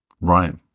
Right